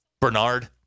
Bernard